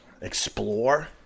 explore